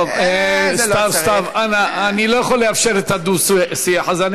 טוב, סתיו, אני לא יכול לאפשר את הדו-שיח הזה.